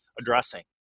addressing